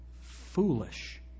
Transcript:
foolish